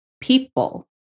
people